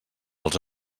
els